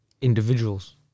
individuals